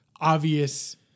obvious